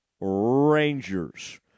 Rangers